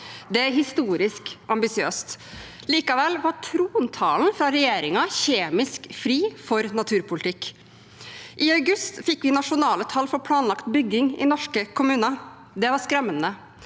Det er historisk ambisiøst. Likevel var trontalen fra regjeringen kjemisk fri for naturpolitikk. I august fikk vi nasjonale tall for planlagt bygging i norske kommuner. Det var skremmende.